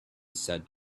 said